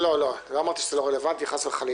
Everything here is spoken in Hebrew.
לא אמרתי שזה לא רלוונטי, חס וחלילה.